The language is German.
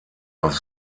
auf